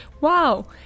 Wow